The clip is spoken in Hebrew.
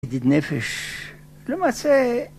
ידיד נפש, למעשה